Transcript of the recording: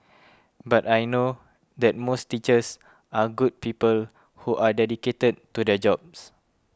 but I know that most teachers are good people who are dedicated to their jobs